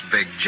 Big